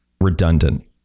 redundant